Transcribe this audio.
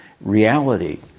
reality